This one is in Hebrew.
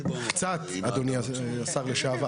קצת, אדוני השר לשעבר.